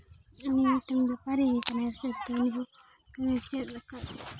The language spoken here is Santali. ᱩᱱᱤ ᱦᱚᱸ ᱢᱤᱫᱴᱟᱱ ᱵᱮᱯᱟᱨᱤᱭᱟᱹ ᱠᱟᱱᱟᱭ ᱥᱮ ᱛᱳ ᱩᱱᱤ ᱦᱚᱸ ᱪᱮᱫ ᱞᱮᱠᱟ